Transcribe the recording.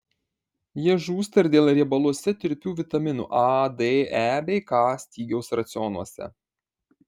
jie žūsta ir dėl riebaluose tirpių vitaminų a d e bei k stygiaus racionuose